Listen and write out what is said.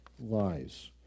lies